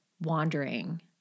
wandering